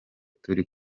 turi